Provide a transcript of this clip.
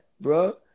bro